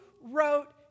wrote